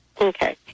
Okay